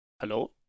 Hello